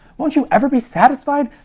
won't you ever be satisfied!